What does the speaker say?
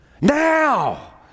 Now